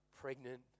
pregnant